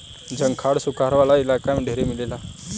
झंखाड़ सुखार वाला इलाका में ढेरे मिलेला